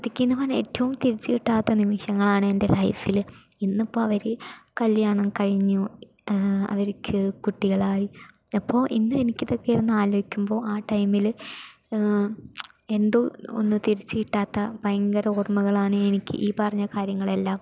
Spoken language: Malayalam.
അതൊക്കെയെന്നു പറഞ്ഞാൽ ഏറ്റവും തിരിച്ചുകിട്ടാത്ത നിമിഷങ്ങളാണ് എൻ്റെ ലൈഫില് ഇന്നിപ്പോൾ അവര് കല്ല്യാണം കഴിഞ്ഞു അവർക്ക് കുട്ടികളായി അപ്പോൾ ഇന്ന് എനിക്കിതൊക്കെ ഒന്ന് ആലോചിക്കുമ്പോൾ ആ ടൈമില് എന്തോ ഒന്ന് തിരിച്ചു കിട്ടാത്ത ഭയങ്കര ഓർമകളാണ് എനിക്ക് ഈ പറഞ്ഞ കാര്യങ്ങളെല്ലാം